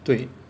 对